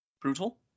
brutal